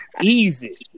Easy